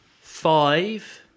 five